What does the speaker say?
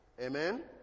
Amen